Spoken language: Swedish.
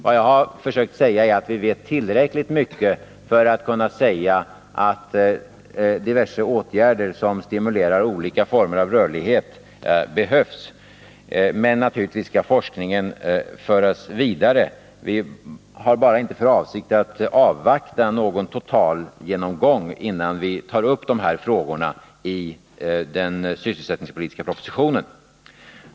Vad jag har försökt framhålla är att vi vet tillräckligt mycket för att kunna säga att diverse åtgärder som syftar till att stimulera olika former av rörlighet behövs. Men naturligtvis skall forskningen fortsätta. Vi har bara inte för avsikt att avvakta en totalgenomgång innan vi tar upp dessa frågor i den sysselsättningspolitiska propositionen.